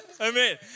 Amen